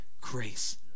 grace